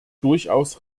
durchaus